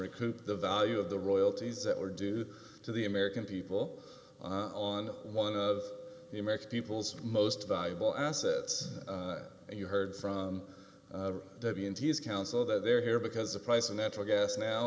recoup the value of the royalties that were due to the american people on one of the american people's most valuable assets and you heard from debbie and his counsel that they're here because the price of natural gas now